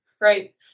Right